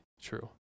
true